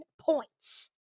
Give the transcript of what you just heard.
points